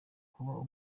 kuba